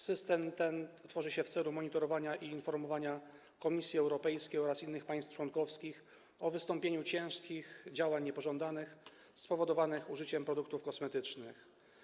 System ten tworzy się w celu monitorowania i informowania Komisji Europejskiej oraz innych państw członkowskich o wystąpieniu ciężkich działań niepożądanych spowodowanych użyciem produktów kosmetycznych.